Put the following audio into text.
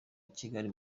kigali